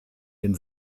den